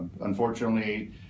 Unfortunately